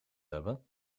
hebben